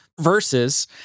versus